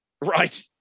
Right